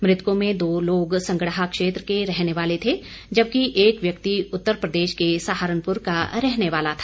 मृतकों में दो लोग संगड़ाह क्षेत्र के रहने वाले थे जबकि एक व्यक्ति उत्तर प्रदेश के सहारनपुर का रहने वाला था